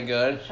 Good